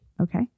okay